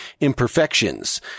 imperfections